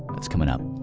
that's coming up